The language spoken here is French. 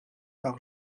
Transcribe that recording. par